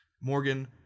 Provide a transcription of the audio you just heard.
morgan